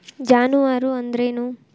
ಜಾನುವಾರು ಅಂದ್ರೇನು?